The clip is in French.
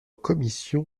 commission